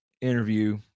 interview